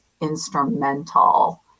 instrumental